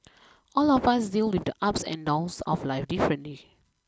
all of us deal with the ups and downs of life differently